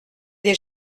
des